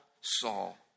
Saul